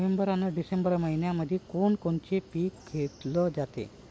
November अन December मइन्यामंधी कोण कोनचं पीक घेतलं जाते?